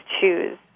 choose